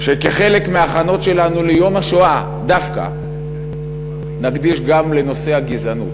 שכחלק מההכנות שלנו ליום השואה דווקא נקדיש גם לנושא הגזענות,